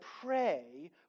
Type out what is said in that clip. pray